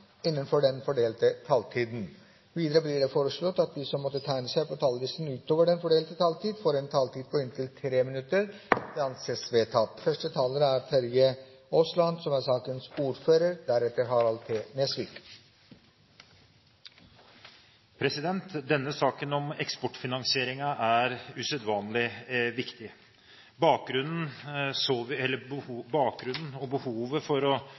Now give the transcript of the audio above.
innenfor den fordelte taletid. Videre blir det foreslått at de som måtte tegne seg på talerlisten utover den fordelte taletid, får en taletid på inntil 3 minutter. – Det anses vedtatt. Denne saken om eksportfinansieringen er usedvanlig viktig. Bakgrunnen og behovet for å